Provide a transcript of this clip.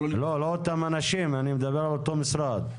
לא אותם אנשים, אני מדבר על אותו משרד.